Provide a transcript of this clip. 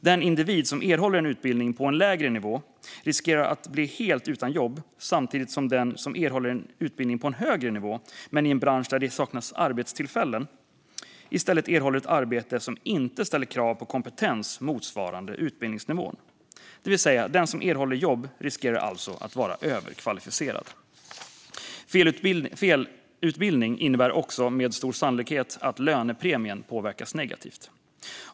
Den individ som erhåller en utbildning på en lägre nivå riskerar att helt bli utan jobb samtidigt som den som erhåller en utbildning på en högre nivå men i en bransch där det saknas arbetstillfällen i stället erhåller ett arbete som inte ställer krav på kompetens motsvarande utbildningsnivån. Den som erhåller jobb riskerar alltså att vara överkvalificerad. Felutbildning innebär också, med stor sannolikhet, att lönepremien påverkas negativt.